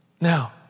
Now